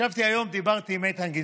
ישבתי היום ודיברתי עם איתן גינזבורג,